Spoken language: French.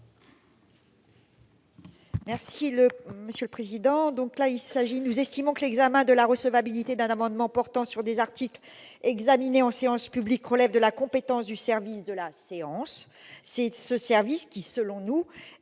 donc là il surgit, nous estimons que l'examen de la recevabilité d'un amendement portant sur des articles examiné en séance publique, relève de la compétence du service de la séance, c'est ce service qui, selon nous,